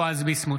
בועז ביסמוט,